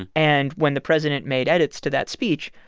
and when the president made edits to that speech,